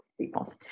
people